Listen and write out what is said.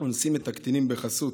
"אונסים את הקטינים בְחסות"